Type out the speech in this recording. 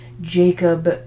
Jacob